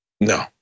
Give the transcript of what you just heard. No